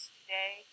today